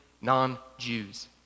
non-Jews